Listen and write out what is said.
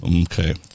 Okay